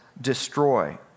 destroy